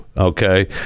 Okay